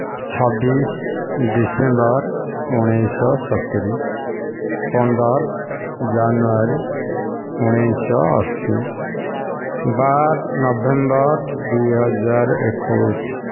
ଛବିଶ ଡିସେମ୍ବର ଉଣେଇଶହ ସତୁରି ପନ୍ଦର ଜାନୁଆରୀ ଉଣେଇଶହ ଅଶୀ ବାର ନଭେମ୍ବର ଦୁଇ ହଜାର ଏକୋଇଶ